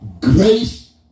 Grace